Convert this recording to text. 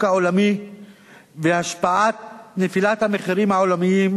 העולמי והשפעת נפילת המחירים העולמיים,